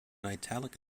italic